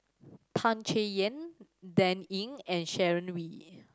Tan Chay Yan Dan Ying and Sharon Wee